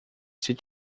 ser